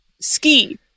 Ski